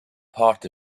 part